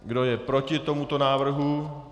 Kdo je proti tomuto návrhu?